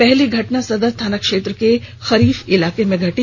पहली घटना सदर थाना क्षेत्र के खरीक इलाके में घटी